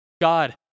God